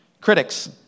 critics